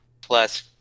plus